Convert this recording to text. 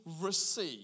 receive